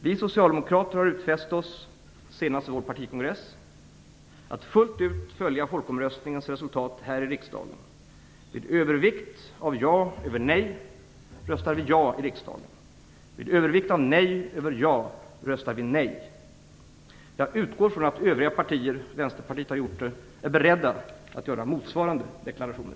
Vi socialdemokrater har utfäst oss, senast vid vår partikongress, att fullt ut följa folkomröstningens resultat här i riksdagen. Vid övervikt av ja över nej röstar vi ja i riksdagen. Vid övervikt av nej över ja röstar vi nej. Jag utgår från att övriga partier - Vänsterpartiet har gjort det - är beredda att göra motsvarande deklarationer.